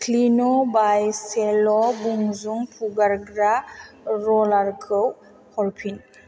clean' बाइ सेल' बुंजुं फुगारग्रा र'लारखौ हरफिन